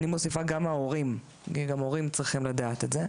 ואני מוסיפה גם ההורים כי גם הורים צריכים לדעת את זה.